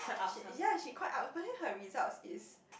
she yeah she quite ups but then her result is